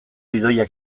idoiak